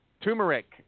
turmeric